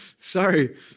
Sorry